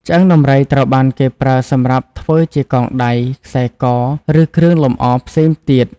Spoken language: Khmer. ឆ្អឹងដំរីត្រូវបានគេប្រើសម្រាប់ធ្វើជាកងដៃ ខ្សែ ក ឬគ្រឿងលម្អផ្សេងទៀត។